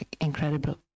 incredible